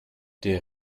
der